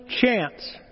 chance